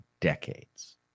decades